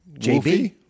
JB